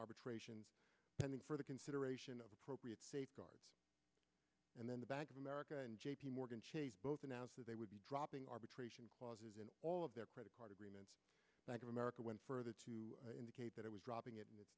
arbitration pending further consideration of appropriate safeguards and then the bank of america and j p morgan chase both announced that they would be dropping arbitration clauses in all of their credit card agreements bank of america went further to indicate that it was dropping it